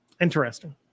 Interesting